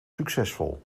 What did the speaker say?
succesvol